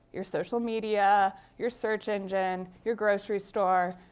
your social media, your search engine, your grocery store.